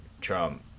Trump